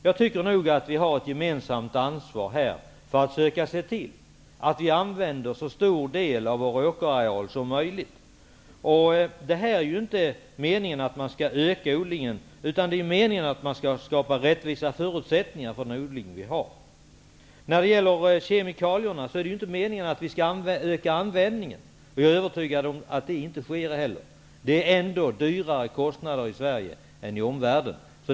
Jag anser att vi har ett gemensamt ansvar i detta sammanhang för att försöka se till att vi använder en så stor del av vår åkerareal som möjligt. Det är inte meningen att man skall öka odlingen, utan det är meningen att man skall skapa rättvisa förutsättningar för den odling som vi har. När det gäller kemikalierna är det inte meningen att vi skall öka användningen. Jag är också övertygad om att det inte sker. Det är ändå högre kostnader i Sverige än i omvärlden.